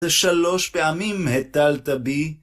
זה שלוש פעמים, היטלת בי.